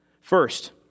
First